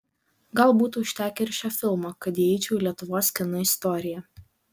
gal būtų užtekę ir šio filmo kad įeičiau į lietuvos kino istoriją